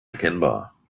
erkennbar